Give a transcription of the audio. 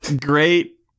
great